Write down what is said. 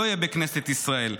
לא יהיה בכנסת ישראל.